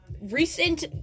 Recent